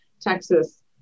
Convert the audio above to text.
Texas